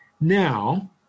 Now